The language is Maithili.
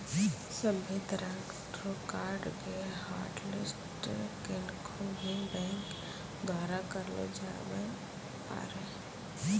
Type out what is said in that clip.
सभ्भे तरह रो कार्ड के हाटलिस्ट केखनू भी बैंक द्वारा करलो जाबै पारै